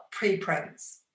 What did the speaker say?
preprints